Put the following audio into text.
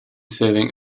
serving